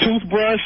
toothbrush